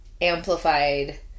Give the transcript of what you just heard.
amplified